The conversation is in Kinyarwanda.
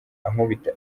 ankubita